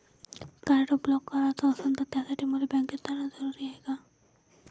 Card block कराच असनं त त्यासाठी मले बँकेत जानं जरुरी हाय का?